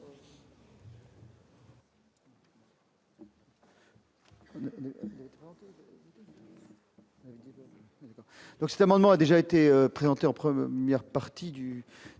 ? Cet amendement a déjà été présenté en première partie du